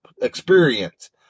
experience